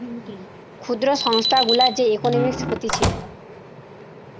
ক্ষুদ্র সংস্থা গুলার যে ইকোনোমিক্স হতিছে